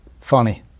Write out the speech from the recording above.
Funny